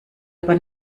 aber